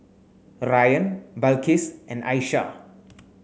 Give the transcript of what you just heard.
Ryan Balqis and Aishah